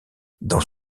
dans